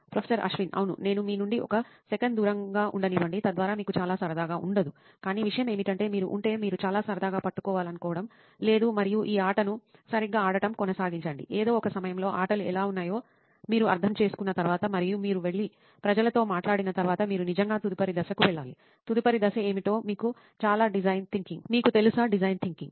professor Ashwin అవును నేను మీ నుండి ఒక సెకను దూరంగా ఉండనివ్వండి తద్వారా మీకు చాలా సరదాగా ఉండదు కానీ విషయం ఏమిటంటే మీరు ఉంటే మీరు చాలా సరదాగా పట్టుకోవాలనుకోవడం లేదు మరియు ఈ ఆటను సరిగ్గా ఆడటం కొనసాగించండి ఏదో ఒక సమయంలో ఆటలు ఎలా ఉన్నాయో మీరు అర్థం చేసుకున్న తర్వాత మరియు మీరు వెళ్లి ప్రజలతో మాట్లాడిన తర్వాత మీరు నిజంగా తదుపరి దశకు వెళ్లాలి తదుపరి దశ ఏమిటో మీకు తెలుసా డిజైన్ థింకింగ్